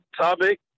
topic